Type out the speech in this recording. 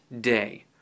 day